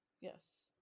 yes